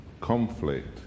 conflict